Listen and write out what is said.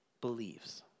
believes